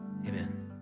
Amen